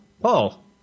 Paul